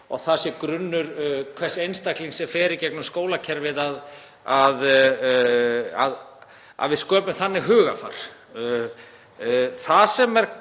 að það sé grunnur hvers einstaklings sem fer í gegnum skólakerfið að við sköpum þannig hugarfar